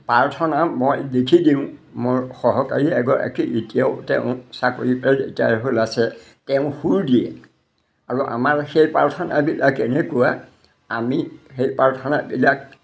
প্ৰাৰ্থনা মই লিখি দিওঁ মোৰ সহকাৰী এগৰাকী এতিয়াও তেওঁ চাকৰি পৰা ৰিটায়াৰ হ'ল আছে তেওঁ সুৰ দিয়ে আৰু আমাৰ সেই প্ৰাৰ্থনাবিলাক এনেকুৱা আমি সেই প্ৰাৰ্থনাবিলাক